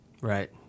Right